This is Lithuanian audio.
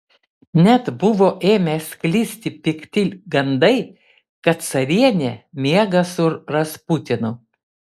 net buvo ėmę sklisti pikti gandai kad carienė miega su rasputinu